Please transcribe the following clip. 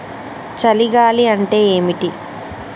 చలి గాలి అంటే ఏమిటి?